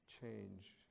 change